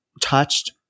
touched